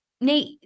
Nate